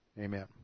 Amen